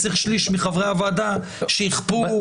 צריך שליש מחברי הוועדה שיכפו הצבעה.